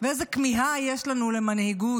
ואיזו כמיהה יש לנו למנהיגות,